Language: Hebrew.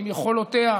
עם יכולותיה,